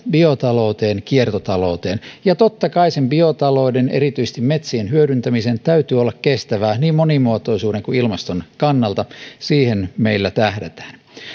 biotalouteen ja kiertotalouteen ja totta kai sen biotalouden erityisesti metsien hyödyntämisen täytyy olla kestävää niin monimuotoisuuden kuin ilmaston kannalta siihen meillä tähdätään